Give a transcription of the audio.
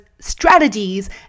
strategies